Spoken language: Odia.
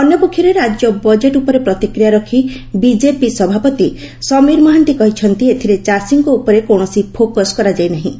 ଅନ୍ୟପକ୍ଷରେ ରାକ୍ୟ ବଜେଟ୍ ଉପରେ ପ୍ରତିକ୍ରିୟା ରଖି ବିଜେପି ସଭାପତି ସମୀର ମହାନ୍ତି କହିଛନ୍ତି ଏଥିରେ ଚାଷୀଙ୍କ ଉପରେ କୌଶସି ଫୋକସ କରାଯାଇ ନାହିଁ